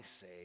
say